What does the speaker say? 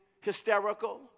hysterical